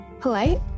polite